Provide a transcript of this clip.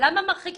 ביום רביעי.